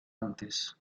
antes